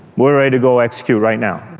we're ready to go execute right now.